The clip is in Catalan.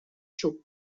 xup